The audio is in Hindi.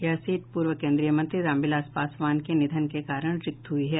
यह सीट पूर्व केन्द्रीय मंत्री रामविलास पासवान के निधन के कारण रिक्त हुई है